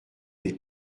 les